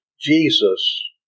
Jesus